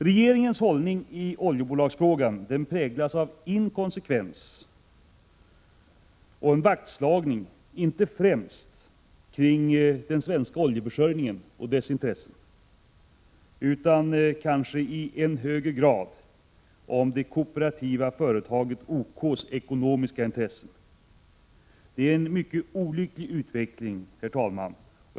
Regeringens hållning i oljebolagsfrågan präglas av inkonsekvens. Den slår vakt — inte främst kring den svenska oljeförsörjningen och dess intressen — utan i högre grad om det kooperativa företaget OK:s ekonomiska intressen. Det är mycket olyckligt, herr talman.